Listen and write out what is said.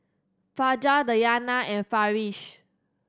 Fajar Dayana and Farish